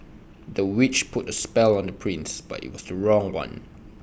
the witch put A spell on the prince but IT was the wrong one